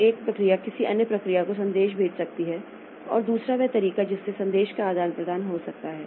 तो एक प्रक्रिया किसी अन्य प्रक्रिया को संदेश भेज सकती है और दूसरा वह तरीका जिससे संदेश का आदान प्रदान हो सकता है